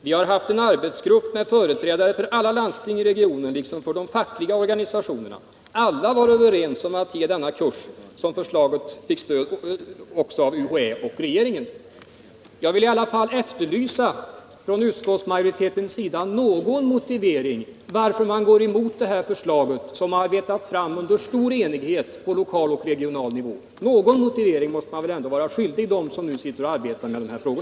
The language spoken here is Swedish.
Vi har haft en arbetsgrupp med företrädare för alla landsting i regionen liksom för de fackliga organisationerna. Alla var överens om att ge denna kurs, som förslaget fick stöd av UHÄ och regeringen.” Jag vill i alla fall hos utskottsmajoriteten efterlysa någon motivering till att man går emot det här förslaget, som arbetats fram under stor enighet på lokal och regional nivå. Någon motivering måste man väl ändå vara skyldig dem som nu sitter och arbetar med dessa frågor.